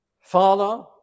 Father